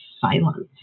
silence